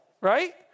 right